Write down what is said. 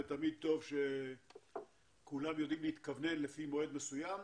תמיד טוב שכולם יודעים להתכוונן לפי מועד מסוים.